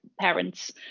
parents